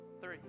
three